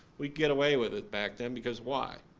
we'd get away with it back then because why?